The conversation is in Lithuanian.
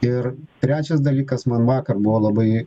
ir trečias dalykas man vakar buvo labai